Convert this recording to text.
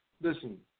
listen